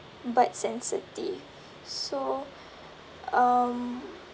but sensitive so um